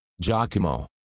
Giacomo